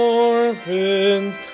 orphans